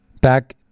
back